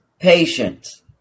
Patience